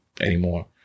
anymore